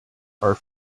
are